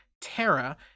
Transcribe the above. Terra